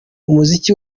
umuziki